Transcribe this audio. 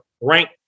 rank